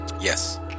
Yes